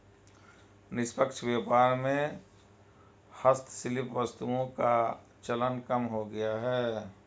निष्पक्ष व्यापार में हस्तशिल्प वस्तुओं का चलन कम हो गया है